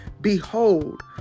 Behold